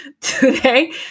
today